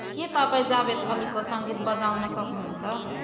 के तपाईँ जावेद अलीको सङ्गीत बजाउन सक्नुहुन्छ